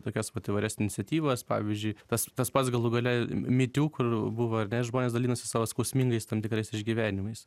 tokias vat įvairias iniciatyvas pavyzdžiui tas tas pats galų gale me too kur buvo ar ne žmonės dalinasi savo skausmingais tam tikrais išgyvenimais